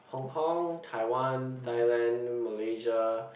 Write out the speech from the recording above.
Hong-Kong Taiwan Thailand Malaysia